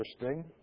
interesting